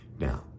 Now